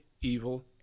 evil